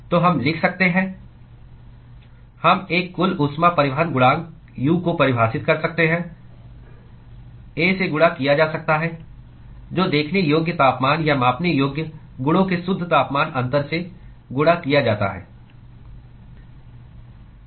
तो हम लिख सकते हैं हम एक कुल ऊष्मा परिवहन गुणांक U को परिभाषित कर सकते हैं A से गुणा किया जा सकता है जो देखने योग्य तापमान या मापने योग्य गुणों के शुद्ध तापमान अंतर से गुणा किया जाता है